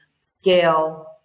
scale